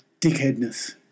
dickheadness